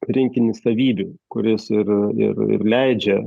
rinkinį savybių kuris ir ir ir leidžia